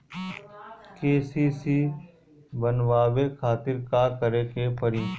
KCC बनवावे खातिर का करे के पड़ी?